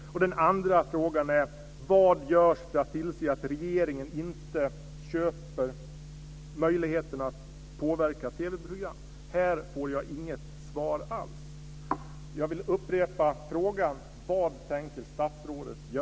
Den andra frågan är: Vad görs för att tillse att regeringen inte köper möjligheten att påverka TV-program? Här får jag inget svar alls.